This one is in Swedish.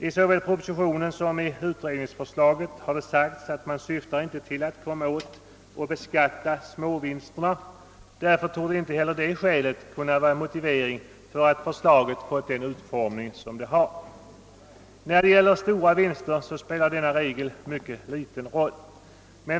I såväl propositionen som utredningsförslaget har det sagts att man inte syftar till att beskatta småvinster. Därför torde inte heller det skälet kunna motivera att förslaget fått den utformning det har. När det gäller stora vinster spelar denna regel mycket liten roll.